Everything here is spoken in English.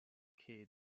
key